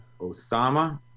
Osama